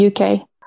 UK